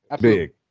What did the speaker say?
big